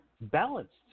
balanced